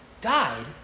died